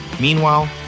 Meanwhile